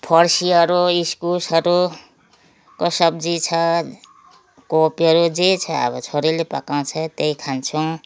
फर्सीहरू इस्कुसहरूको सब्जी छ कोपीहरू जे छ अब छोरीले पकाउँछे त्यही खान्छौँ